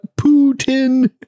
Putin